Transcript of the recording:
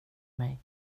mig